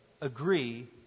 agree